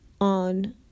on